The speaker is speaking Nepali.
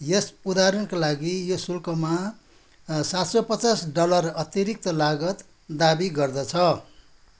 यस उदाहरणका लागि यो शुल्कमा सात सौ पचास डलर अतिरिक्त लागत दाबी गर्दछ